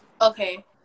okay